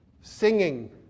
singing